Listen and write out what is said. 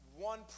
One